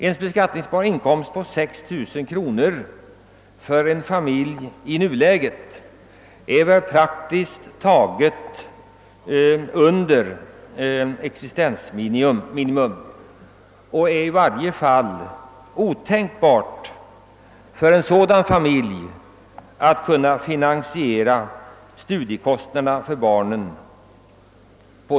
En beskattningsbar inkomst på 6 000 kronor för en familj ligger väl i nuvarande läge under existensminimum; det är i varje fall otänkbart för en familj med sådan inkomst att finansiera studierna för barnen.